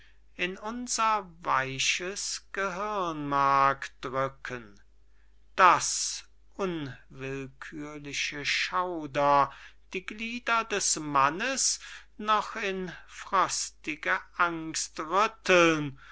in unser weiches gehirnmark drücken daß unwillkührliche schauder die glieder des mannes noch in frostige angst rütteln